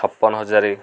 ଛପନ ହଜାର